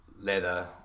leather